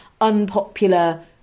unpopular